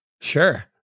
Sure